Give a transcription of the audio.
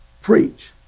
preach